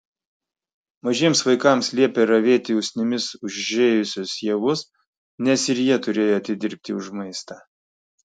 mažiems vaikams liepė ravėti usnimis užėjusius javus nes ir jie turėjo atidirbti už maistą